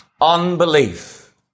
Unbelief